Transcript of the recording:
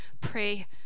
pray